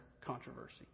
controversy